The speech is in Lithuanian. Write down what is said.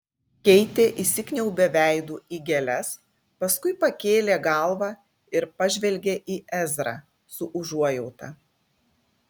keitė įsikniaubė veidu į gėles paskui pakėlė galvą ir pažvelgė į ezrą su užuojauta